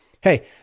hey